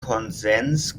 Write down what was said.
konsens